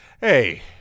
Hey